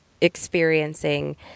experiencing